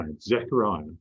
Zechariah